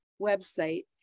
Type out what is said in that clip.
website